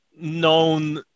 known